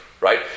right